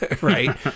Right